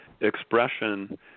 Expression